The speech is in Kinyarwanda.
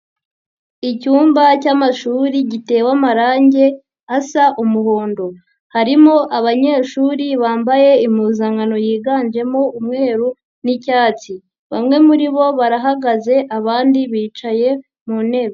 Icyumba cy'amashuri gitewe amarangi asa umuhondo, harimo abanyeshuri bambaye impuzankano yiganjemo umweru n'icyatsi, bamwe muri bo barahagaze abandi bicaye mu ntebe.